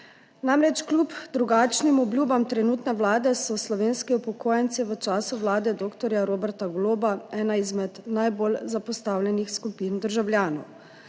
Kljub drugačnim obljubam trenutne vlade so namreč slovenski upokojenci v času vlade dr. Roberta Goloba ena izmed najbolj zapostavljenih skupin državljanov.